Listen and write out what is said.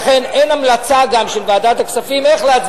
לכן גם אין המלצה של ועדת הכספים איך להצביע,